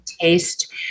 taste